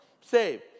Save